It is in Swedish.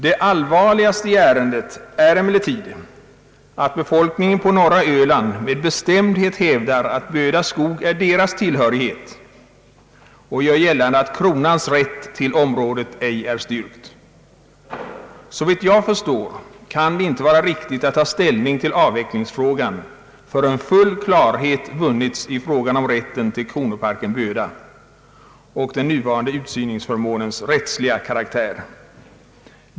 Det allvarligaste i ärendet är emellertid att befolkningen på norra Öland med bestämdhet hävdar att Böda skog är dess tillhörighet och gör gällande att kronans rätt till områ det ej är styrkt. Såvitt jag förstår kan det inte vara riktigt att ta ställning till avvecklingsfrågan förrän full klarhet vunnits i fråga om rätten till kronoparken Böda och den nuvarande utsyningsförmånens rättsliga karaktär.